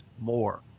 more